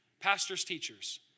Pastors-teachers